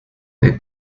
the